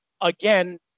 again